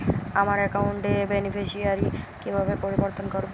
আমার অ্যাকাউন্ট র বেনিফিসিয়ারি কিভাবে পরিবর্তন করবো?